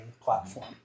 platform